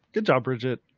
good job, bridget.